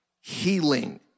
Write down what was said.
healing